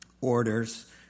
orders